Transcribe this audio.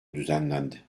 düzenlendi